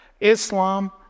Islam